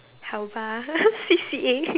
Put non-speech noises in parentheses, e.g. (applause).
好吧 (laughs) C_C_A